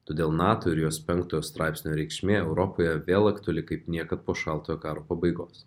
todėl nato ir jos penktojo straipsnio reikšmė europoje vėl aktuali kaip niekad po šaltojo karo pabaigos